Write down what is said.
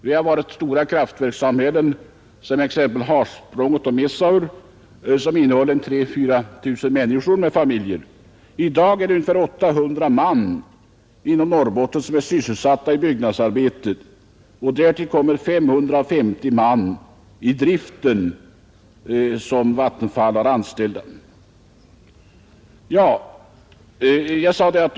Det har funnits stora kraftverkssamhällen såsom t.ex. Harsprånget och Messaure, som har innehållit 3 000—4 000 människor med familjer. I dag är ungefär 800 man inom Norrbotten sysselsatta med byggnadsarbetena. Därtill kommer 550 man som Vattenfall har anställda för driften.